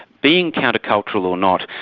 being counter-cultural or not,